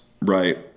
right